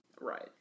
Right